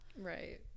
right